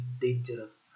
dangerous